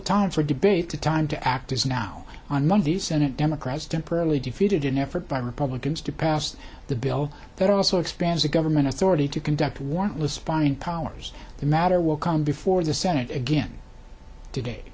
time for debate the time to act is now on one of these senate democrats temporarily defeated an effort by republicans to pass the bill that also expands the government authority to conduct warrantless spying powers the matter will come before the senate again today